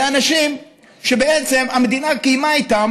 אלה אנשים שבעצם המדינה קיימה איתם,